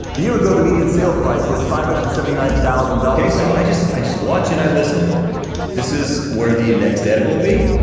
year ago, the median sale price was five hundred and seventy nine thousand dollars. so i just i just watched and i listened, and this is where the next edit will be.